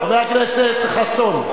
חבר הכנסת חסון.